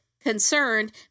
concerned